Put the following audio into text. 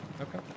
Okay